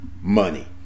money